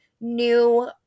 New